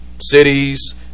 cities